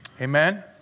Amen